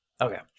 Okay